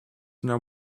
now